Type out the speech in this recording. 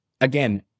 again